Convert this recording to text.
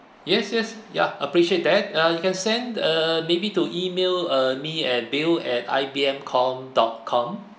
yes yes ya appreciate that uh you can send err maybe to email uh me at bill at I B M com dot com